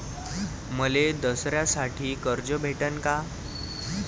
मले दसऱ्यासाठी कर्ज भेटन का?